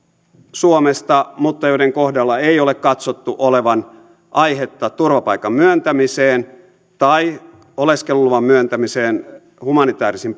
suomesta mutta joiden kohdalla ei ole katsottu olevan aihetta turvapaikan myöntämiseen tai oleskeluluvan myöntämiseen humanitäärisin